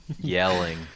Yelling